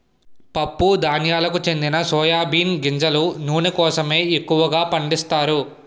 పప్పు ధాన్యాలకు చెందిన సోయా బీన్ గింజల నూనె కోసమే ఎక్కువగా పండిస్తారు